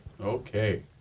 Okay